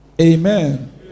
Amen